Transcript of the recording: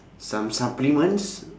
some supplements